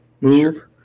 move